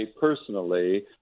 personally